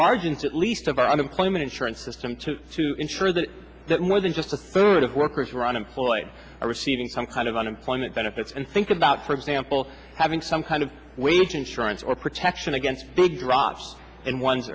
margins at least of our unemployment insurance system to to ensure that that more than just a third of workers who are unemployed are receiving some kind of unemployment benefits and think about for example having some kind of wage insurance or protection against big drops in one's